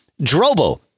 Drobo